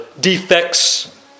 defects